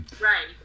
Right